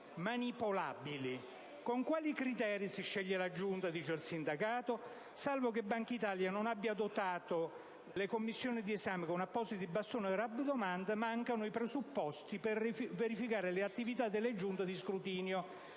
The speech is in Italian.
manipolabili. «Con quali criteri sceglie la giunta?», chiede il sindacato, rimarcando che, salvo che Bankitalia non abbia dotato i commissari di appositi bastoni da rabdomante, mancano i presupposti per verificare le attività delle giunte di scrutinio.